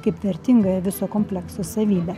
kaip vertingąją viso komplekso savybę